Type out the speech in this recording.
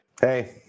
Hey